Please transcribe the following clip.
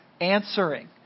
answering